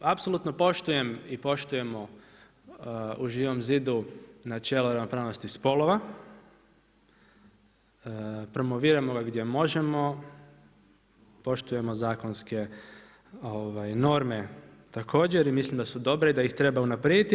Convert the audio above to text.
Apsolutno poštujem i poštujemo u Živom zidu načelo ravnopravnosti spolova, promoviramo ga gdje možemo, poštujemo zakonske norme također i mislim da su dobre, da ih treba unaprijediti.